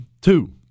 Two